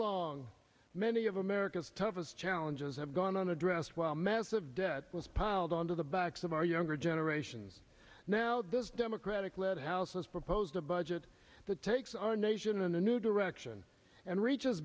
along many of america's toughest challenges have gone on address while massive debt was piled onto the backs of our younger generations now the democratic led house has proposed a budget that takes our nation a new direction and reaches